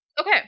Okay